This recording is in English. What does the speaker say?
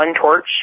torch